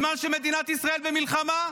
שעליהם שמרת בזמן שמדינת ישראל במלחמה?